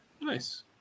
nice